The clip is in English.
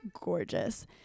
gorgeous